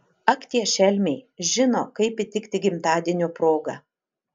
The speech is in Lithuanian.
ak tie šelmiai žino kaip įtikti gimtadienio proga